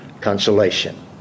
consolation